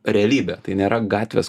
realybė tai nėra gatvės